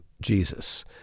Jesus